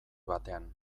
batean